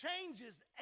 changes